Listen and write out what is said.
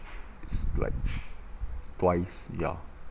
it's like twice ya